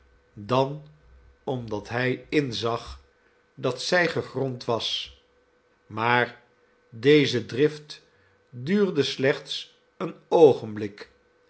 dan omdat hij inzag dat zij gegrond was maar deze drift duurde slechts een oogenblik